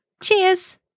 Cheers